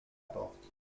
porte